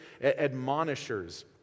admonishers